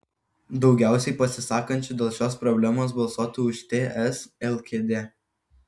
daugiausiai pasisakančių dėl šios problemos balsuotų už ts lkd